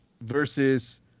versus